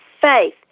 faith